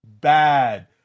bad